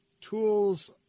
tools